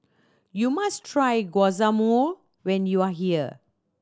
you must try Guacamole when you are here